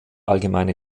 allgemeine